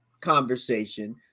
conversation